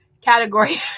category